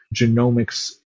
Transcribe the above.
genomics